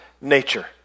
nature